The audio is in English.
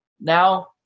now